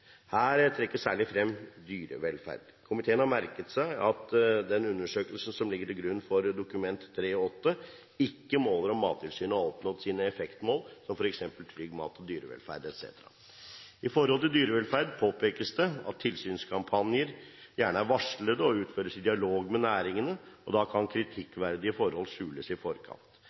Her trekkes særlig frem dyrevelferd. Komiteen har merket seg at den undersøkelsen som ligger til grunn for Dokument 3:8, ikke måler om Mattilsynet har oppnådd sine effektmål, som f.eks. «trygg mat», «dyrevelferd» etc. Når det gjelder dyrevelferd, påpekes det at tilsynskampanjer gjerne er varslede og utføres i dialog med næringene. Da kan kritikkverdige forhold skjules i forkant.